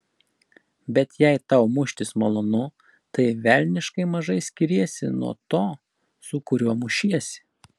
bet jei tau muštis malonu tai velniškai mažai skiriesi nuo to su kuriuo mušiesi